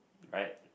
right